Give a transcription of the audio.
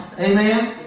Amen